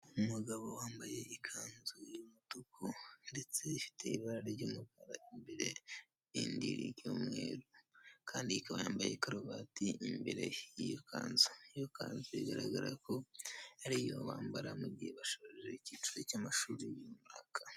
Umugabo wambaye ikanzu y'umutuku ndetse ifite ibara ry'umukara mu imbere n'irindi ry'umweru kandi akaba yambaye karuvate mu imbere y'iyo kanzu. Iyo kanzu bigaragara ko ari iyo bambaye mu gihe basoje ikiciro cy'amashuri y'umwaka.